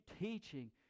teaching